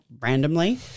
randomly –